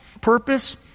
purpose